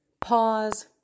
Pause